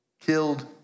killed